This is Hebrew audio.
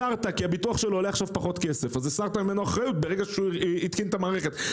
הסרת ממנו אחריות כאשר הוא התקין את המערכת,